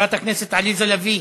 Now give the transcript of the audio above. חברת הכנסת עליזה לביא,